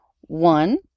One